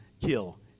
kill